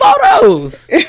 photos